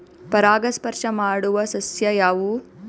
ಪರಾಗಸ್ಪರ್ಶ ಮಾಡಾವು ಸಸ್ಯ ಯಾವ್ಯಾವು?